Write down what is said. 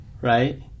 right